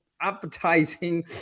advertising